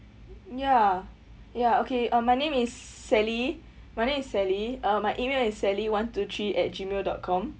ya ya okay uh my name is sally my name is sally uh my email is sally one two three at gmail dot com